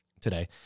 today